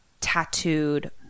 tattooed